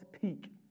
peak